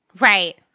Right